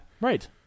Right